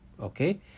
Okay